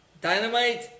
Dynamite